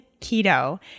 Keto